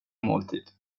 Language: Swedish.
måltid